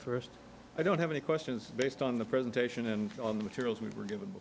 first i don't have any questions based on the presentation and on the materials we were g